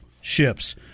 ships